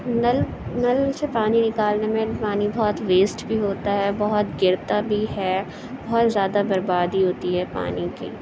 نل نل سے پانی نکالنے میں پانی بہت ویسٹ بھی ہوتا ہے بہت گرتا بھی ہے بہت زیادہ بربادی ہوتی ہے پانی کی